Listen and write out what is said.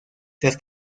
tras